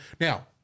now